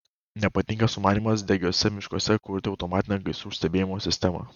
nepatinka sumanymas degiuose miškuose kurti automatinę gaisrų stebėjimo sistemą